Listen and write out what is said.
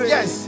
Yes